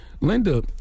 Linda